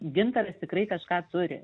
gintaras tikrai kažką turi